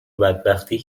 بدبختی